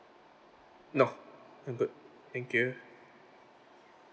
no I'm good thank you